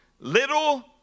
little